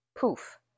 Poof